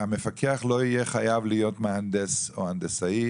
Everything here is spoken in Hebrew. שהמפקח לא יהיה חייב להיות מהנדס או הנדסאי,